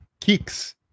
kicks